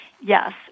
Yes